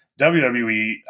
WWE